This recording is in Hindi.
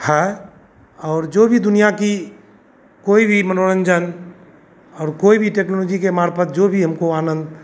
है और जो भी दुनिया की कोई भी मनोरंजन और कोई भी टेक्नोलोजी के मार्फत जो भी हमको आनंद